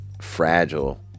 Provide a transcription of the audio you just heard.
fragile